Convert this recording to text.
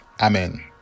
amen